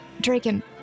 Draken